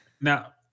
Now